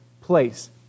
place